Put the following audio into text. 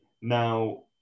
Now